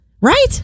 right